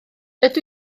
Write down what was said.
ydw